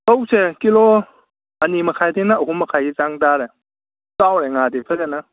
ꯔꯧꯁꯦ kilo ꯑꯅꯤ ꯃꯈꯥꯏꯗꯩꯅ ꯑꯍꯨꯝ ꯃꯈꯥꯏꯒꯤ ꯆꯥꯡ ꯇꯥꯔꯦ ꯆꯥꯎꯔꯦ ꯉꯥꯗꯤ ꯐꯖꯅ